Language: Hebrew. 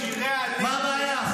מה הבעיה?